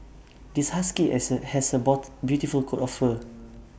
this husky has A beautiful coat of fur